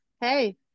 Hey